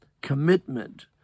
commitment